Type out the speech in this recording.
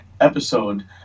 episode